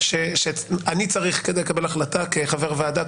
שאני צריך כדי לקבל החלטות כחבר ועדה,